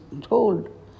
told